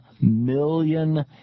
million